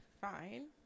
Fine